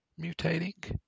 mutating